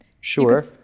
Sure